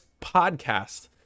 podcast